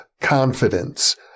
confidence